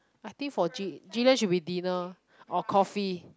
I think for gi~ gillian should be dinner or coffee